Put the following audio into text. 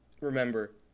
remember